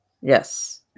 Yes